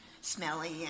smelly